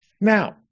Now